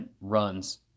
runs